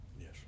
Yes